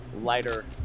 lighter